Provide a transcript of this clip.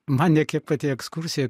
man ne kiek pati ekskursija